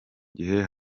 gihe